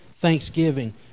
thanksgiving